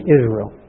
Israel